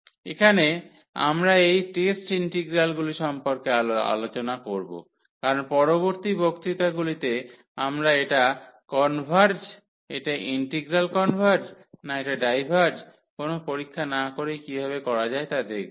এখানে আমরা এই টেস্ট ইন্টিগ্রালগুলি সম্পর্কে আরও আলোচনা করব কারণ পরবর্তী বক্তৃতাগুলিতে আমরা এটা কনভার্জ এটা ইন্টিগ্রাল কনভার্জ না এটা ডাইভার্জ কোন পরীক্ষা না করেই কীভাবে করা যায় তা দেখব